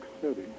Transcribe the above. City